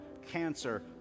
cancer